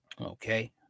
okay